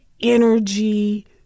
energy